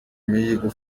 mihigo